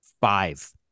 Five